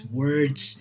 words